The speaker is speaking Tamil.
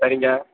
சரிங்க